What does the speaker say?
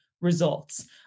results